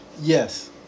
Yes